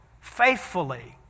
faithfully